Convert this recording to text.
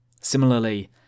Similarly